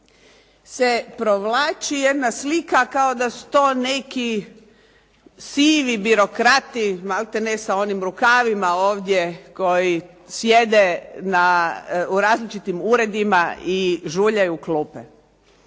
se provlači jedna slika kao da su to neki sivi birokrati maltene sa ovim rukavima ovdje koji sjede u različitim uredima i žuljaju klupe.